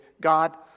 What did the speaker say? God